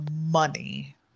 money